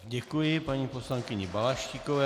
Děkuji paní poslankyni Balaštíkové.